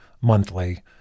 Monthly